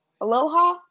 Aloha